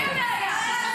הפסדתי?